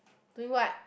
doing what